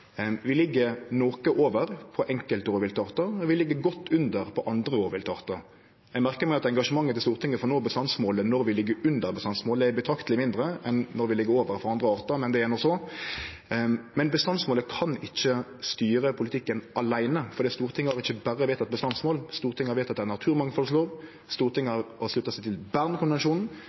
vi skal. Vi ligg noko over på enkelte rovviltartar, og vi ligg godt under på andre rovviltartar. Eg merkar meg at engasjementet til Stortinget for å nå bestandsmålet når vi ligg under det, er betrakteleg mindre enn når vi ligg over for andre artar, men det er no så. Men bestandsmålet åleine kan ikkje styre politikken, for Stortinget har ikkje berre vedteke bestandsmål. Stortinget har vedteke ei naturmangfaldlov, Stortinget har slutta seg til